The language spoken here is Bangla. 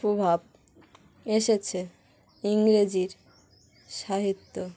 প্রভাব এসেছে ইংরেজি সাহিত্যর